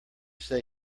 say